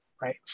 right